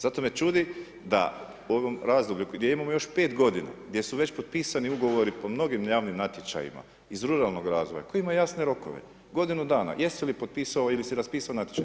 Zato me čudi da u ovom razdoblju gdje imamo još 5 godina, gdje su već potpisani Ugovori po mnogim javnim natječajima iz ruralnog razvoja, koji ima jasne rokove, godinu dana, jesi li potpisao ili si raspisao natječaj?